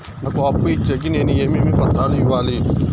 నాకు అప్పు ఇచ్చేకి నేను ఏమేమి పత్రాలు ఇవ్వాలి